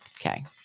Okay